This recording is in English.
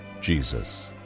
Jesus